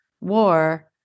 war